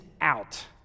out